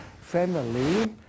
family